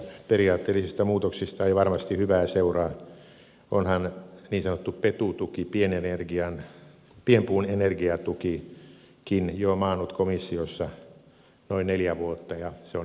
näistä periaatteellisista muutoksista ei varmasti hyvää seuraa onhan niin sanottu petu tukikin pienpuun energiatuki jo maannut komissiossa noin neljä vuotta ja se on edelleen hyväksymättä